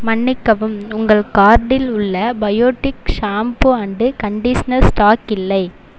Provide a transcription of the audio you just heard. மன்னிக்கவும் உங்கள் கார்டில் உள்ள Biotique shampoo and conditioner stock இல்லை